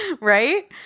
Right